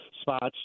spots